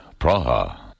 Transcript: Praha